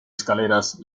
escaleras